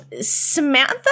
Samantha